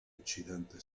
incidente